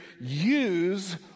use